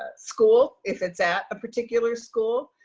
ah school, if it's at a particular school,